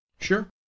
Sure